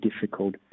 difficult